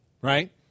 right